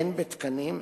הן בתקנים,